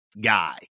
guy